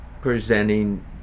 presenting